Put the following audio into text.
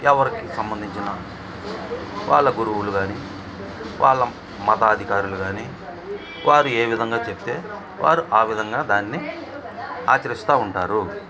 ఎవరికి సంబంధించిన వాళ్ళ గురువులు గానీ వాళ్ళ మత అధికారులు గానీ వారు ఏ విధంగా చెప్తే వారు ఆ విధంగా దాన్ని ఆచరిస్తూ ఉంటారు